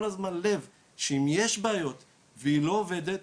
הזמן לב שאם יש בעיות והיא לא עובדת,